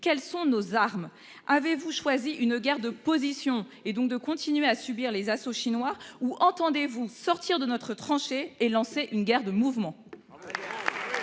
quelles sont nos armes avez-vous choisi une guerre de position et donc de continuer à subir les assauts chinois ou entendez-vous sortir de notre tranchée et lancer une guerre de mouvement.